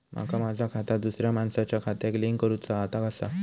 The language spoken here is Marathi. माका माझा खाता दुसऱ्या मानसाच्या खात्याक लिंक करूचा हा ता कसा?